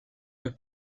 deux